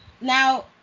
Now